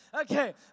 okay